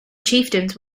chieftains